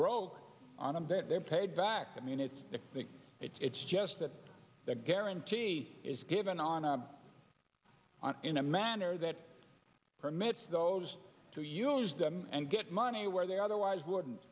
that they're paid back i mean it's the it's just that the guarantee is given on a in a manner that permits those to use them and get money where they otherwise wouldn't